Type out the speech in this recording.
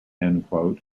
miracle